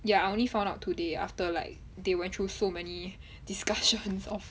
ya I only found out today after like they went through so many discussions of